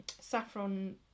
saffron